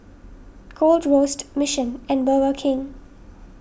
Gold Roast Mission and Burger King